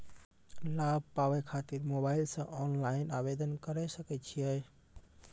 लाभ पाबय खातिर मोबाइल से ऑनलाइन आवेदन करें सकय छियै?